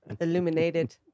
Illuminated